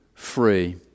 free